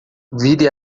vire